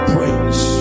Praise